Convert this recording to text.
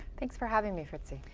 thanks for having me, fritzi.